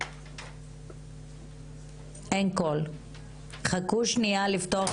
טוב בגלל תקלה